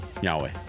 Yahweh